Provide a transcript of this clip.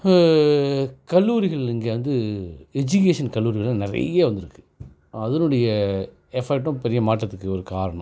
கல்லூரிகள் இங்கே வந்து எஜுகேஷன் கல்லூரிகளெலாம் நிறைய வந்திருக்கு அதனுடைய எஃபோர்ட்டும் பெரிய மாற்றத்துக்கு ஒரு காரணம்